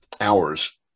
hours